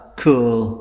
cool